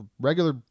regular